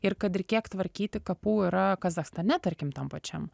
ir kad ir kiek tvarkyti kapų yra kazachstane tarkim tam pačiam